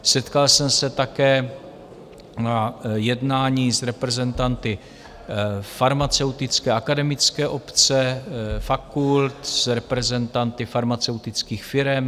Setkal jsem se také na jednání s reprezentanty farmaceutické akademické obce, fakult, s reprezentanty farmaceutických firem.